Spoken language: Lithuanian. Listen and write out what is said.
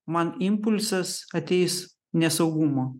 man impulsas ateis nesaugumo